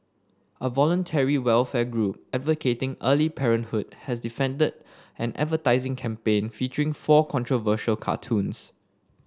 a voluntary welfare group advocating early parenthood has defended an advertising campaign featuring four controversial cartoons